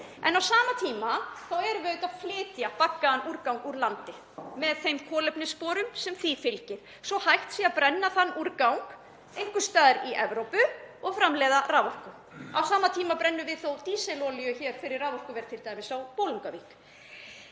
En á sama tíma erum við að flytja baggaðan úrgang úr landi með þeim kolefnissporum sem því fylgir svo hægt sé að brenna þann úrgang einhvers staðar í Evrópu og framleiða raforku. Á sama tíma brennum við dísilolíu fyrir raforkuver t.d. á Bolungarvík.